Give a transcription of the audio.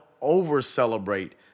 over-celebrate